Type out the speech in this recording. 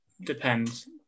depends